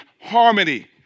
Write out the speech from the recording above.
harmony